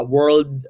World